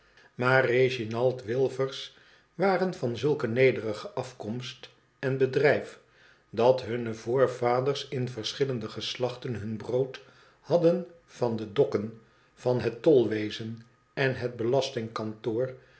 maar de reginald wilfers waren van zulke nederige afkomst en bedrijf dat hunne voorvaders in verschillende geslachten hun brood hadtien van de dokken van het tolwezen en het